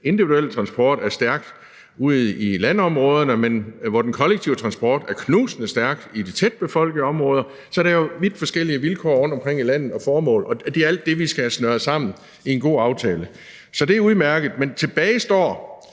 individuelle transport står stærkt ude i landområderne, men hvor den kollektive transport er knusende stærk i de tæt befolkede områder. Så der er jo vidt forskellige vilkår og formål rundtomkring i landet, og det er alt det, vi skal have snøret sammen i en god aftale. Så det er udmærket. Men tilbage står